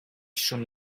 schon